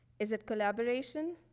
is it collaboration,